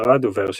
ערד ובאר שבע.